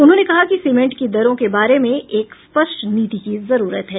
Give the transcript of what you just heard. उन्होंने कहा कि सीमेंट की दरों के बारे में एक स्पष्ट नीति की जरूरत है